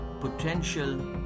potential